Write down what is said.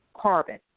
carbon